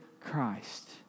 Christ